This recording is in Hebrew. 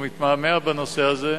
והוא מתמהמה בנושא הזה,